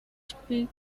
speak